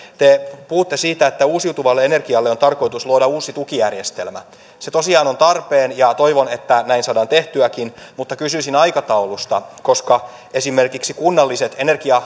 te puhutte siitä että uusiutuvalle energialle on tarkoitus luoda uusi tukijärjestelmä se tosiaan on tarpeen ja toivon että näin saadaan tehtyäkin mutta kysyisin aikataulusta koska esimerkiksi kunnalliset